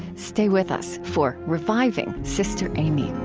stay with us, for reviving sister aimee.